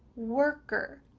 worker,